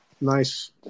nice